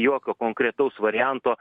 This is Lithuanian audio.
jokio konkretaus varianto